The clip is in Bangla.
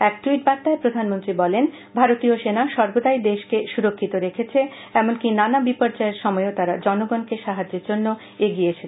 এক টুইট বার্তায় প্রধানমন্ত্রী বলেন ভারতীয় সেনা সর্বদাই দেশকে সুরক্ষিত রেখেছে এমনকি নানা বিপর্যয়ের সময়েও তারা জনগণকে সাহায্যের জন্য এগিয়ে আসে